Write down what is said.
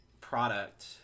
product